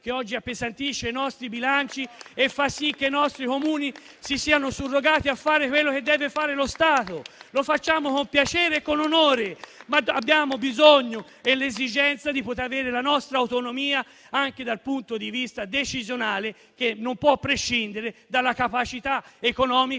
che oggi appesantisce i nostri bilanci e fa sì che i nostri comuni si siano surrogati a fare quello che deve fare lo Stato. *(Applausi**).* Lo facciamo con piacere e con onore, ma abbiamo il bisogno e l'esigenza di avere la nostra autonomia anche dal punto di vista decisionale, che non può prescindere dalla capacità economica